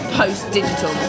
post-digital